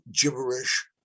gibberish